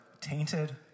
tainted